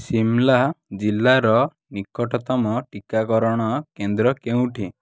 ଶିମ୍ଲା ଜିଲ୍ଲାର ନିକଟତମ ଟୀକାକରଣ କେନ୍ଦ୍ର କେଉଁଠି